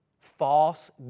false